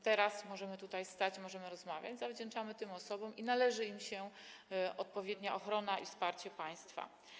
To, że teraz możemy tutaj stać i możemy rozmawiać, zawdzięczamy tym osobom i należy im się odpowiednia ochrona i wsparcie państwa.